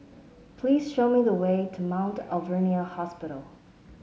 please show me the way to Mount Alvernia Hospital